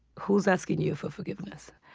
who's asking you for forgiveness?